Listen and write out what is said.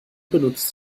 benutzt